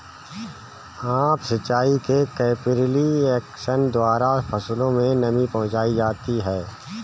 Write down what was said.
up सिचाई में capillary action द्वारा फसलों में नमी पहुंचाई जाती है